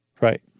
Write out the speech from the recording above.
Right